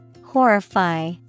Horrify